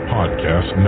Podcast